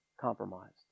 compromised